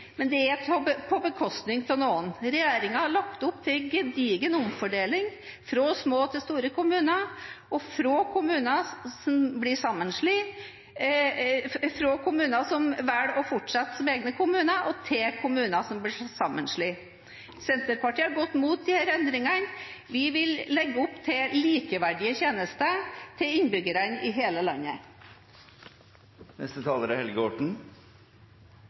men det er på bekostning av noen. Regjeringen har lagt opp til en gedigen omfordeling fra små til store kommuner, og fra kommuner som velger å fortsette som egne kommuner, til kommuner som blir sammenslått. Senterpartiet har gått mot disse endringene. Vi vil legge opp til likeverdige tjenester til innbyggerne i hele landet.